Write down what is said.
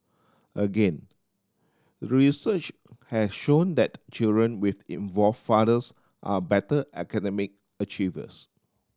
again research has shown that children with involved fathers are better academic achievers